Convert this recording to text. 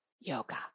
yoga